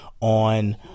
on